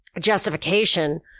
justification